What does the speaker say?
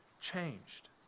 changed